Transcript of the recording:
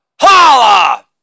Holla